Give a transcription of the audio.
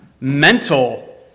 mental